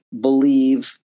believe